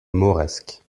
mauresques